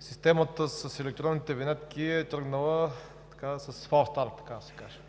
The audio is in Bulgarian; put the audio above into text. системата с електронните винетки е тръгнала с фал старт, така да се каже.